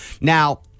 Now